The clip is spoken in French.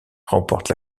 remporte